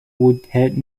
would